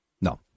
No